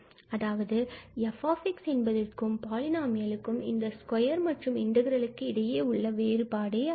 அதாவது f என்பதற்கும் பாலினாமியலுக்கும் இந்த ஸ்கொயர் மற்றும் பின்பு இன்டகிரலுக்கு இடையே உள்ள வேறுபாடு ஆகும்